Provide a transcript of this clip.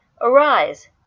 Arise